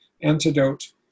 antidote